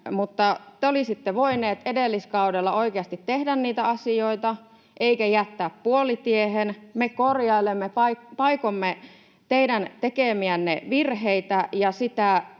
te olisitte voineet edelliskaudella oikeasti tehdä niitä asioita ettekä jättää puolitiehen. Me korjailemme, paikomme, teidän tekemiänne virheitä ja sitä